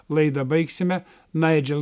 laidą baigsime naidžel